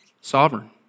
Sovereign